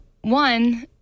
one